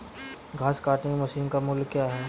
घास काटने की मशीन का मूल्य क्या है?